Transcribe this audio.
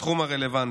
בתחום הרלוונטי.